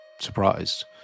surprised